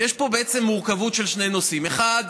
בעצם יש פה מורכבות של שני נושאים: אחד,